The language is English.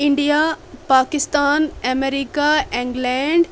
India Pakistan America England